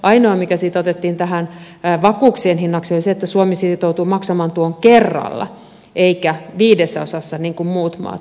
ainoa mikä siitä otettiin tähän vakuuksien hinnaksi oli se että suomi sitoutuu maksamaan tuon kerralla eikä viidessä osassa niin kuin muut maat